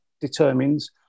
determines